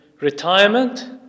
retirement